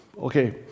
okay